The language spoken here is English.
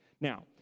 Now